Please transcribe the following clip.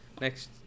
next